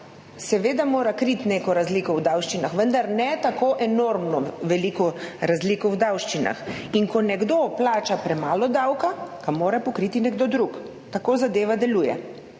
seveda mora kriti neko razliko v davščinah, vendar ne tako enormno velike razlike v davščinah. Ko nekdo plača premalo davka, ga mora pokriti nekdo drug. Tako zadeva deluje.